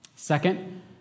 Second